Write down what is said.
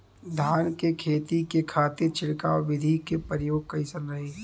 धान के खेती के खातीर छिड़काव विधी के प्रयोग कइसन रही?